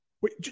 wait